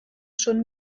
schon